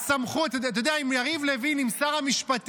הסמכות, אתה יודע, עם יריב לוין, עם שר המשפטים,